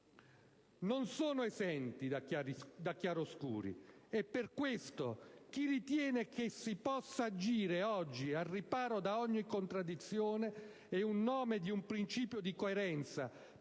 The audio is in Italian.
non sono esenti da chiaroscuri, e per questo chi ritiene che si possa agire oggi al riparo da ogni contraddizione e in nome di un principio di coerenza